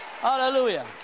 Hallelujah